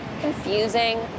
Confusing